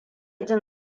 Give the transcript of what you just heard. jin